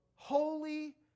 Holy